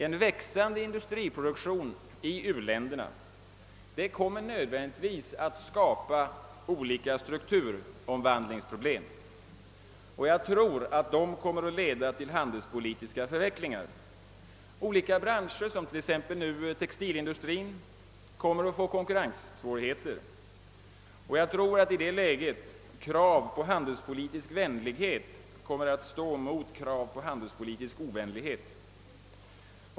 En växande industriproduktion i u-länderna kommer nödvändigtvis att skapa olika strukturomvandlingsproblem, och jag tror att dessa kommer att leda till handelspolitiska förvecklingar. Olika branscher, som redan t.ex. textilindustrin, kommer att få konkurrenssvårigheter, och jag tror att i det läget krav på handelspolitisk vänlighet kommer att stå mot krav på handelspolitisk ovänlighet.